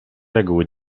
reguły